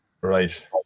Right